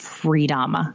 freedom